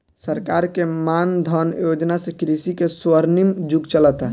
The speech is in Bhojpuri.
सरकार के मान धन योजना से कृषि के स्वर्णिम युग चलता